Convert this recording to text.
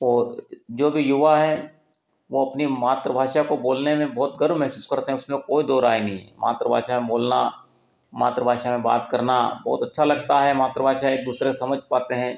और जो भी युवा है वह अपनी मात्रभाषा को बोलने में बहुत गर्व महसूस करते हैं उसमें कोई दो राय नहीं है मातृभाषा में बोलना मातृभाषा में बात करना बहुत अच्छा लगता है मातृभाषा एक दूसरे समझ पाते हें